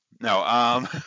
No